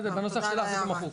בנוסח שלך זה מחוק.